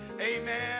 amen